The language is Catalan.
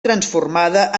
transformada